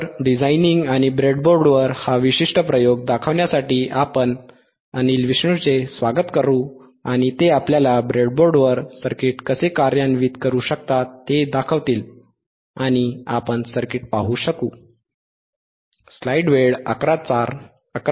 तर डिझायनिंग आणि ब्रेडबोर्डवर हा विशिष्ट प्रयोग दाखवण्यासाठी आपण अनिल विष्णूचे स्वागत करू आणि ते आपल्याला ब्रेडबोर्डवर सर्किट कसे कार्यान्वित करू शकतात हे दाखवतील आणि आपण सर्किट पाहू शकू